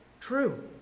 true